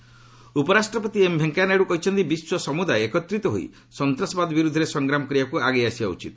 ନାଇଡ୍ଗ Kalam summit ଉପରାଷ୍ଟ୍ରପତି M Venkaiah Naidu କହିଛନ୍ତି ବିଶ୍ୱ ସମୁଦାୟ ଏକତ୍ରିତ ହୋଇ ସନ୍ତ୍ରାସବାଦ ବିରୁଦ୍ଧରେ ସଂଗ୍ରାମ କରିବାକୁ ଆଗେଇ ଆସିବା ଉଚିତ